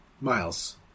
Miles